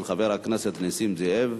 של חבר הכנסת נסים זאב,